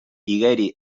igeri